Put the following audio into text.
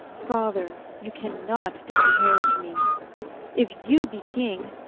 father, you cannot dis-inherite me if you be king,